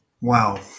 Wow